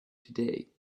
today